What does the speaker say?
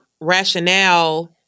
rationale